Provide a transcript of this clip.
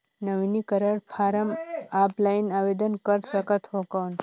नवीनीकरण form offline आवेदन कर सकत हो कौन?